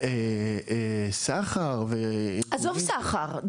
סחר ו -- עזוב סחר,